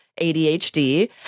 ADHD